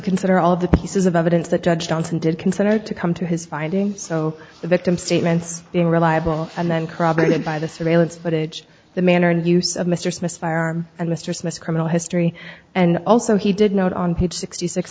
consider all the pieces of evidence that judge johnson did considered to come to his finding so the victim statements being reliable and then corroborated by the surveillance footage the manner and use of mr smith's firearm and mr smith's criminal history and also he did note on page sixty six